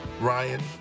Ryan